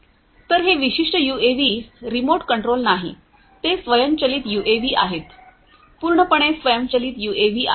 तर हे विशिष्ट यूएव्ही रिमोट कंट्रोल्ड नाही ते स्वयंचलित यूएव्ही आहेत पूर्णपणे स्वयंचलित यूएव्ही आहेत